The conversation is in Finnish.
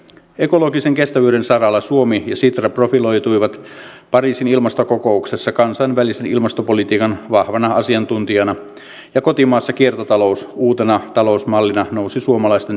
ekologisen kestävyyden saralla suomi ja sitra profiloituivat pariisin ilmastokokouksessa kansainvälisen ilmastopolitiikan vahvana asiantuntijana ja kotimaassa kiertotalous uutena talousmallina nousi suomalaisten tietoisuuteen